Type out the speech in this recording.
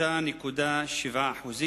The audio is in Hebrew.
ב-3.7%,